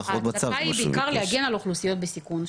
ההצדקה היא בעיקר להגן על אוכלוסיות בסיכון,